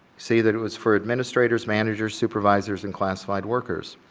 see that it was for administrators, manager, supervisors, and classified workers.